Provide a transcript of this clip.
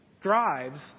drives